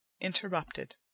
interrupted